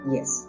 Yes